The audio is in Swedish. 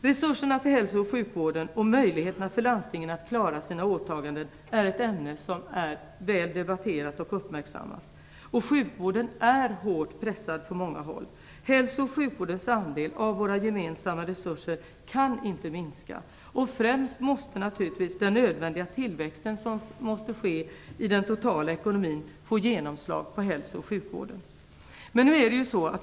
Resurserna till hälso och sjukvården och möjligheterna för landstingen att klara sina åtaganden är ett ämne som är väl debatterat och uppmärksammat. Sjukvården är hårt pressad på många håll. Hälso och sjukvårdens andel av våra gemensamma resurser kan inte minska. Främst måste naturligtvis den nödvändiga tillväxten i den totala ekonomin få genomslag i hälso och sjukvården.